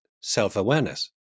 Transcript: self-awareness